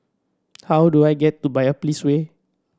how do I get to Biopolis Way